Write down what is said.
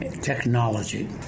technology